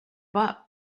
bought